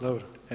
Dobro.